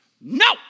No